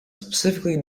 specifically